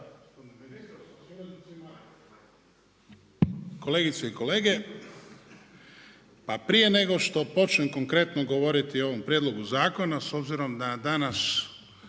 kolegice i kolege. Pa prije nego što počnem konkretno govoriti o ovom prijedlogu zakonu, s obzirom da danas